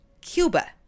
Cuba